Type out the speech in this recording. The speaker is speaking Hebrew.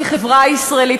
בחברה הישראלית,